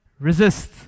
Resist